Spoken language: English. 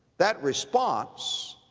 that response